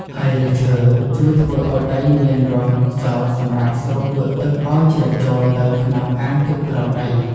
ហើយឫសឈើជួយធ្វើឱ្យដីមានរន្ធខ្យល់សម្រាប់ស្រូបយកទឹកឱ្យជ្រាបចូលទៅក្នុងអាងទឹកក្រោមដី។